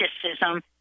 criticism